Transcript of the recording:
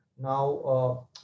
now